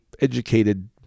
educated